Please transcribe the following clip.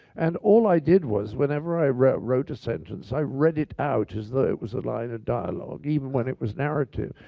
and all i did was, whenever i wrote a sentence, i read it out as though it was a line of dialogue, even when it was narrative.